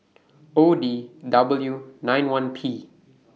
O D W nine one P